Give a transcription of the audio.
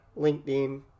LinkedIn